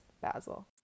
Basil